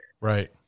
right